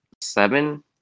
seven